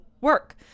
work